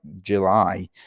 July